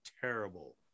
terrible